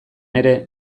ere